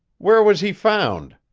where was he found?